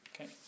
okay